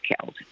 killed